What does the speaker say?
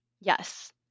Yes